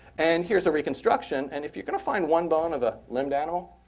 and here's a reconstruction. and if you're going to find one bone of a limbed animal,